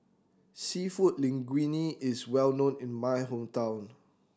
Seafood Linguine is well known in my hometown